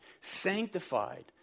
sanctified